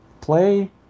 Play